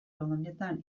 honetan